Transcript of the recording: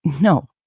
No